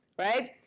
right?